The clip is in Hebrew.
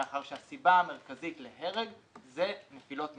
מאחר שהסיבה המרכזית להרג זה נפילות מגובה.